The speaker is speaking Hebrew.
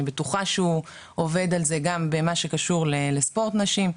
בטוחה שהוא עובד על זה גם במה שקשור לספורט נשים,